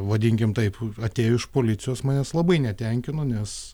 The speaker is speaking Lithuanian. vadinkim taip atėjo iš policijos manęs labai netenkino nes